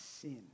Sin